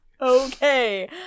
okay